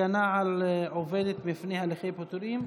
הגנה על עובדת מפני הליכי פיטורים),